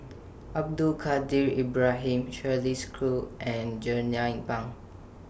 Abdul Kadir Ibrahim Shirley Chew and Jernnine Pang